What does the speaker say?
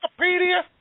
Wikipedia